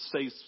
say